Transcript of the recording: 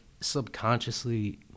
subconsciously